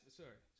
sorry